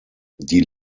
die